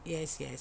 yes yes